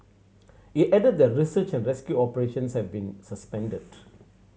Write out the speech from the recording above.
it added that research and rescue operations have been suspended